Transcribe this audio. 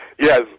yes